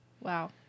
Wow